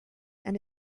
and